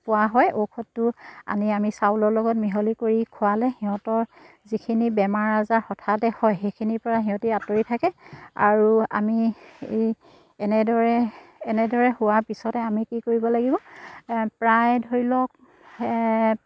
পোৱা হয় ঔষধটো আনি আমি চাউলৰ লগত মিহলি কৰি খোৱালে সিহঁতৰ যিখিনি বেমাৰ আজাৰ হঠাতে হয় সেইখিনিৰপৰা সিহঁতি আঁতৰি থাকে আৰু আমি এনেদৰে এনেদৰে হোৱাৰ পিছতে আমি কি কৰিব লাগিব প্ৰায় ধৰি লওক